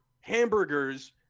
hamburgers